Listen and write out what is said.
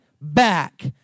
back